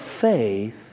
faith